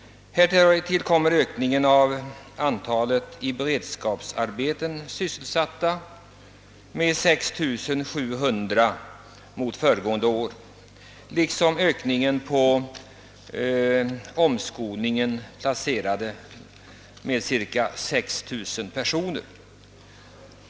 Härtill kommer ökningen av antalet i beredskapsarbeten sysselsatta med 6 700, liksom en ökning med 6 000 av dem som genomgår omskolning.